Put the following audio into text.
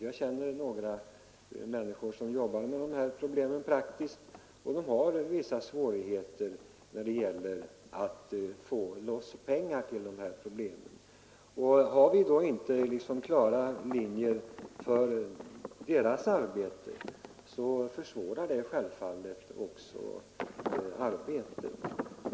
Jag känner några människor som jobbar praktiskt med de här problemen, och de har vissa svårigheter när det gäller att få loss pengar. Har vi då inte klara linjer för deras arbete, så försvåras det självfallet ytterligare.